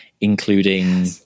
including